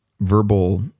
verbal